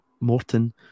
Morton